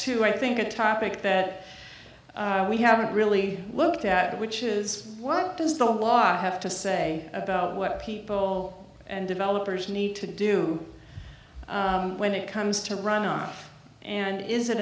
to i think a topic that we haven't really looked at which is what does the law have to say about what people and developers need to do when it comes to runa and is it